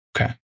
Okay